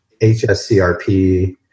HSCRP